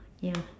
ya